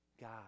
God